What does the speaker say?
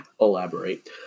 Elaborate